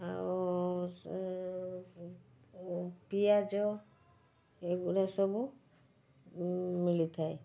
ଆଉ ପିଆଜ ଏଗୁଡ଼ା ସବୁ ମିଳିଥାଏ